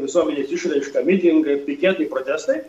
visuomenės išraiška mitingai piketai protestai